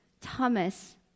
Thomas